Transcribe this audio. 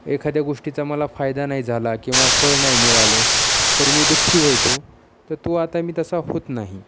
एखाद्या गोष्टीचा मला फायदा नाही झाला किंवा फळ नाही मिळालं तर मी दुःखी व्हायचो तर तो आता मी तसा होत नाही